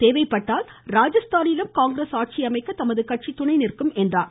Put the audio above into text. தேவைப்பட்டால் ராஜஸ்தானிலும் காங்கிரஸ் ஆட்சி அமைக்க தமது கட்சி துணை நிற்கும் என்றார்